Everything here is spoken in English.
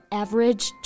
average